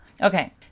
Okay